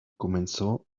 comenzó